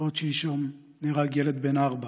עוד שלשום נהרג ילד בן ארבע